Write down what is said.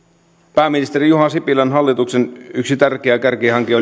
pääministeri juha sipilän hallituksen yksi tärkeä kärkihanke